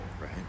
right